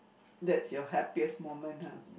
that's your happiest moment !huh!